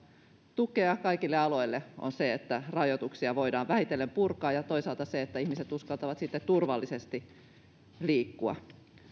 tukea kaikille aloille on se että rajoituksia voidaan vähitellen purkaa ja toisaalta se että ihmiset uskaltavat sitten turvallisesti liikkua